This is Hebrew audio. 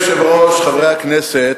אדוני היושב-ראש, חברי הכנסת,